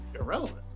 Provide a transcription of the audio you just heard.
irrelevant